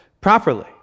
properly